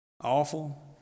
awful